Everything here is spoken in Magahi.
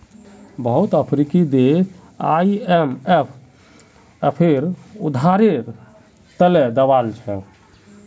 बहुत अफ्रीकी देश आईएमएफेर उधारेर त ल दबाल छ